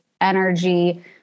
energy